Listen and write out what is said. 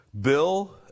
Bill